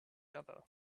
other